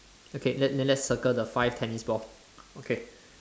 okay then then let's circle the five tennis ball okay